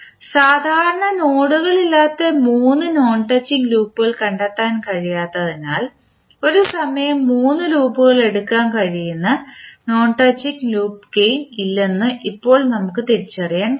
സാധാരണ നോഡുകളില്ലാത്ത മൂന്ന് നോൺ ടച്ചിംഗ് ലൂപ്പുകൾ കണ്ടെത്താൻ കഴിയാത്തതിനാൽ ഒരു സമയം മൂന്ന് ലൂപ്പുകൾ എടുക്കാൻ കഴിയുന്ന നോൺ ടച്ചിംഗ് ലൂപ്പ് ഗേയിൻ ഇല്ലെന്നു ഇപ്പോൾ നമുക്ക് തിരിച്ചറിയാൻ കഴിയും